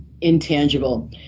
intangible